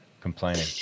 complaining